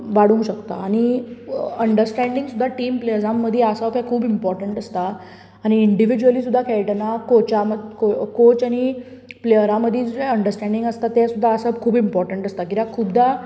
वाडूंक शकता आनी अंडरस्टेंडींग सुद्दां टीम प्लेयर्सां मदी आसप हें खूब इंपाॅर्टंट आसता आनी इंडिव्यूजली सुद्दां खेळटना कॉचामद कॉच आनी प्लेयरा मदीं जें अंडरस्टेंडींग आसता तें सुद्दां आसप खूब इंपाॅर्टंट आसता किद्याक खुबदां